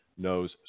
knows